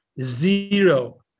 Zero